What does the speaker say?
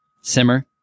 simmer